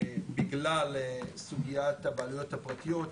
בגלל סוגיית הבעלויות הפרטיות,